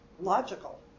logical